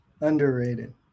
Underrated